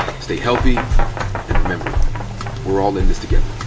stay healthy and remember we're all in this together.